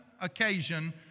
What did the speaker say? occasion